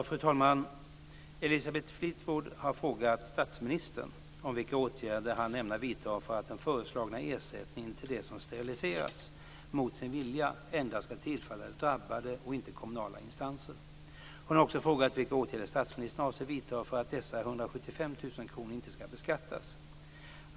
Fru talman! Elisabeth Fleetwood har frågat statsministern om vilka åtgärder han ämnar vidta för att den föreslagna ersättningen till dem som steriliserats mot sin vilja endast skall tillfalla de drabbade och inte kommunala instanser. Hon har också frågat vilka åtgärder statsministern avser vidta för att dessa 175 000 kr inte skall beskattas.